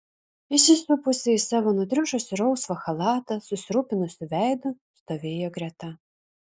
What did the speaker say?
įsisupusi į savo nutriušusį rausvą chalatą susirūpinusiu veidu stovėjo greta